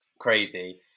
crazy